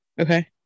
okay